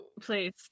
Please